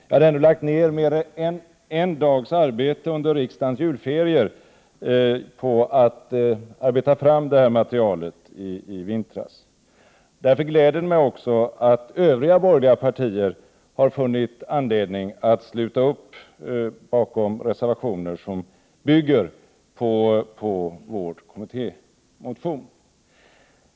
Jag hade ändå lagt ner mer än en dags arbete under riksdagens julferier i vintras för att arbeta fram detta material. Det gläder mig därför att övriga borgerliga partier har funnit anledning att sluta upp bakom reservationer som bygger på vår kommittémotion.